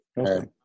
Okay